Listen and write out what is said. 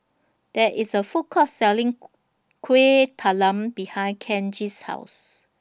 There IS A Food Court Selling Kuih Talam behind Kenji's House